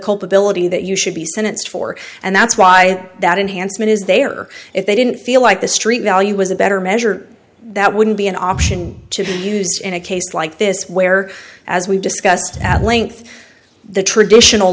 culpability that you should be sentenced for and that's why that enhancement is they are if they didn't feel like the street value was a better measure that wouldn't be an option to use in a case like this where as we discussed at length the traditional